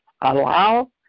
allow